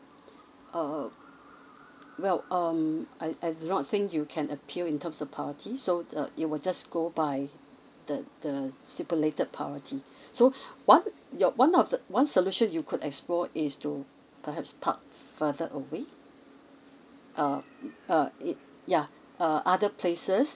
uh well um I I do not think you can appeal in terms of priority so uh it will just go by the the stipulated priority so what your one of the one solution you could explore is too perhaps park further away uh uh it yeuh uh other places